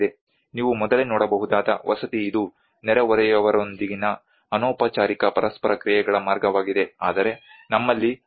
ನೀವು ಮೊದಲೇ ನೋಡಬಹುದಾದ ವಸತಿ ಇದು ನೆರೆಹೊರೆಯವರೊಂದಿಗಿನ ಅನೌಪಚಾರಿಕ ಪರಸ್ಪರ ಕ್ರಿಯೆಗಳ ಮಾರ್ಗವಾಗಿದೆ